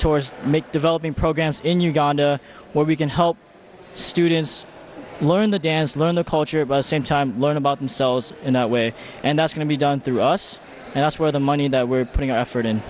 towards make developing programs in uganda where we can help students learn the dance learn the culture by the same time learn about themselves in a way and that's going to be done through us and that's where the money that we're putting our effort